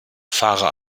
fahre